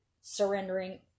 surrendering